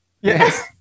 Yes